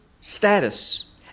status